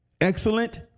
excellent